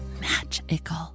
magical